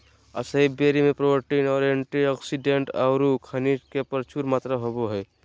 असाई berry में protein, antioxidant औऊ खनिज के प्रचुर मात्रा होबो हइ